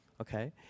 Okay